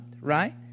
right